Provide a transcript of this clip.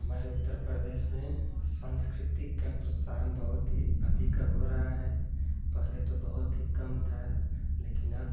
हमारे उत्तर प्रदेश में संस्कृति का प्रसारण बहुत ही अधिक अब हो रहा है पहले तो बहुत ही कम था लेकिन अब